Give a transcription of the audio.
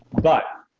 but